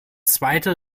zweite